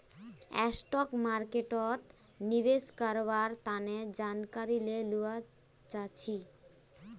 stock मार्केटोत निवेश कारवार तने जानकारी ले लुआ चाछी